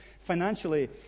financially